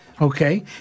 okay